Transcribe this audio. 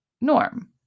norm